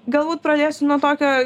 galbūt pradėsiu nuo tokio